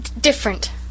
different